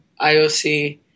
IOC